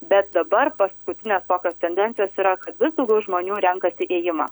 bet dabar paskutinės tokios tendencijos yra kad vis daugiau žmonių renkasi ėjimą